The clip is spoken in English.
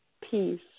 peace